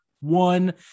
one